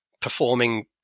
performing